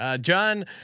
John